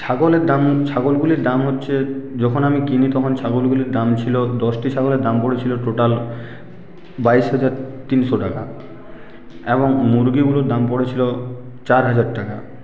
ছাগলের দাম ছাগলগুলির দাম হচ্ছে যখন আমি কিনি তখন ছাগলগুলির দাম ছিলো দশটি ছাগলের দাম পড়েছিলো টোটাল বাইশ হাজার তিনশো টাকা এবং মুরগিগুলোর দাম পড়েছিলো চার হাজার টাকা